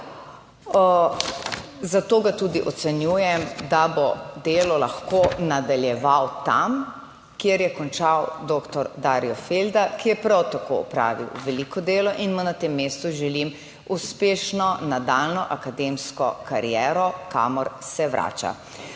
Zato ga tudi ocenjujem, da bo delo lahko nadaljeval tam, kjer je končal doktor Dario Felda, ki je prav tako opravil veliko delo in mu na tem mestu želim uspešno nadaljnjo akademsko kariero, kamor se vrača.